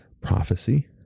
prophecy